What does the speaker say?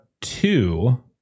two